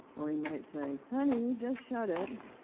or he might say, honey, just shut it!